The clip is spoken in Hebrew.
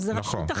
זו רשות אחרת.